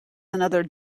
another